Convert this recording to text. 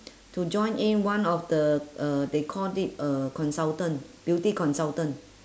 to join in one of the uh they called it uh consultant beauty consultant